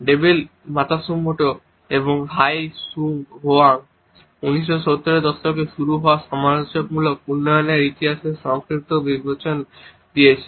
David Matsumoto এবং Hai Sung Hwang 1970 এর দশকে শুরু হওয়া সমালোচনামূলক উন্নয়নের ইতিহাসের সংক্ষিপ্ত বিবরণ দিয়েছেন